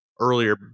earlier